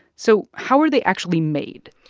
so how are they actually made?